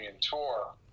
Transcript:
tour